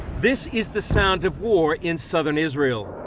this is the sound of war in southern israel.